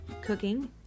cooking